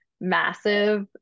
massive